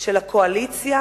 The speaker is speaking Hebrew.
של הקואליציה